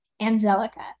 Angelica